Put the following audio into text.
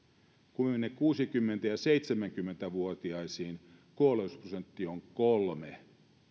me menemme kuusikymmentä viiva seitsemänkymmentä vuotiaisiin kuolleisuusprosentti on kolme